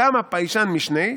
כמה פיישן משניה?